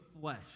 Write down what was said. flesh